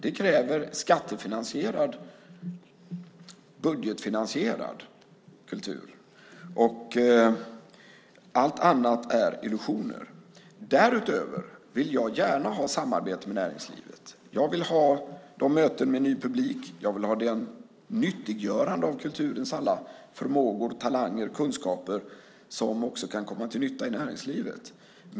Det kräver skattefinansierad, budgetfinansierad, kultur. Allt annat är illusioner. Därutöver vill jag gärna ha samarbete med näringslivet. Jag vill ha möten med ny publik. Jag vill ha det frigörande av kulturens alla förmågor, talanger och kunskaper som också kan komma till nytta i näringslivet.